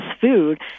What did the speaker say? food